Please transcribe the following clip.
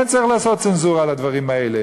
כן צריך לעשות צנזורה על הדברים האלה,